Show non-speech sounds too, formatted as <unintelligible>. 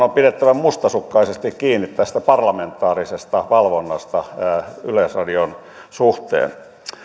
<unintelligible> on pidettävä mustasukkaisesti kiinni tästä parlamentaarisesta valvonnasta yleisradion suhteen